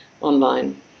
online